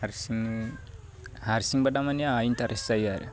हारसिंनो हारसिंबा दा माने आंहा इन्टारेस जायो आरो